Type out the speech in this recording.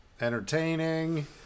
entertaining